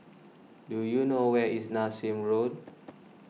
do you know where is Nassim Road